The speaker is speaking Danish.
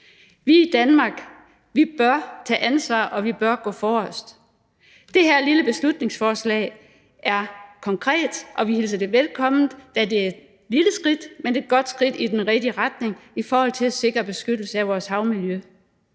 Vi i Danmark bør tage ansvar, og vi bør gå forrest. Det her lille beslutningsforslag er konkret, og vi hilser det velkommen, da det er et lille skridt, men et godt skridt, i den rigtige retning i forhold til at sikre beskyttelse af vores havmiljø.